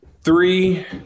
Three